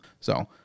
So-